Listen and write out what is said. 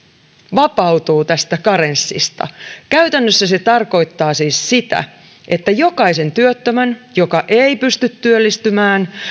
vapautuu tästä karenssista käytännössä se tarkoittaa siis sitä että jokaisen työttömän joka ei pysty työllistymään